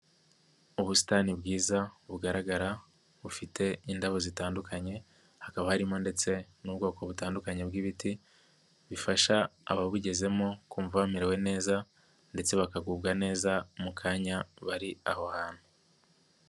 Ubusitani bwiza bugaragara, bufite indabo zitandukanye, hakaba harimo ndetse n'ubwoko butandukanye bw'ibiti, bifasha ababugezemo kumva bamerewe neza ndetse bakagubwa neza mu kanya bari aho hantu.